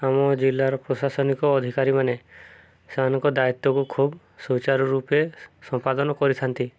ଆମ ଜିଲ୍ଲାର ପ୍ରଶାସନିକ ଅଧିକାରୀମାନେ ସେମାନଙ୍କ ଦାୟିତ୍ୱକୁ ଖୁବ୍ ସୁଚାରୁ ରୂପେ ସମ୍ପାଦନ କରିଥାନ୍ତି